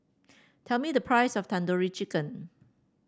tell me the price of Tandoori Chicken